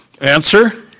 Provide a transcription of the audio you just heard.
Answer